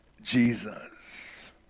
Jesus